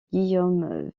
guillaume